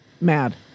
mad